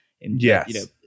yes